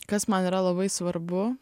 kas man yra labai svarbu